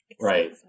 right